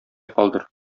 калдыр